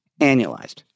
annualized